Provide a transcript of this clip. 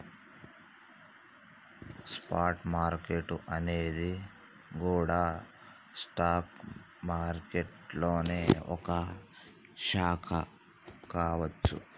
spot market అనేది గూడా stock మారికెట్టులోనే ఒక శాఖ కావచ్చు